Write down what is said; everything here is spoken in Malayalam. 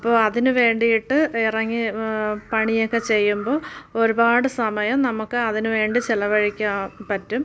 അപ്പോൾ അതിന് വേണ്ടിയിട്ട് ഇറങ്ങി പണിയൊക്കെ ചെയ്യുമ്പോൾ ഒരുപാട് സമയം നമുക്ക് അതിന് വേണ്ടി ചിലവഴിക്കാൻ പറ്റും